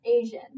Asian